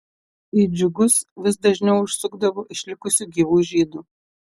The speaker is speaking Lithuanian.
į džiugus vis dažniau užsukdavo išlikusių gyvų žydų